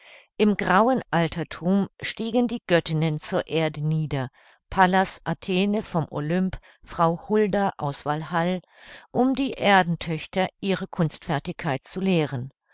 im grauen alterthum stiegen die göttinnen zur erde nieder pallas athene vom olymp frau hulda aus walhall um die erdentöchter ihre kunstfertigkeit zu lehren